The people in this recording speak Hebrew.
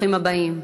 ברוכים הבאים.